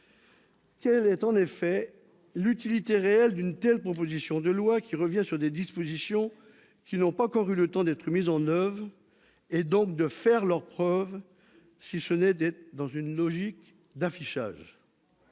Quelle est l'utilité réelle d'une telle proposition de loi, qui revient sur des dispositions qui n'ont pas encore eu le temps d'être mises en oeuvre, et donc de faire leurs preuves, sauf à vouloir obtenir un effet d'affichage ?